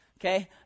Okay